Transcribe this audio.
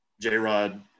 J-Rod